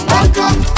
Welcome